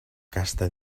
casta